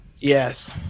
Yes